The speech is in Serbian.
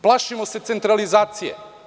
Plašimo se centralizacije.